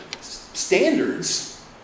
standards